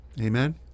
Amen